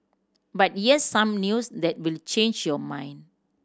but here's some news that will change your mind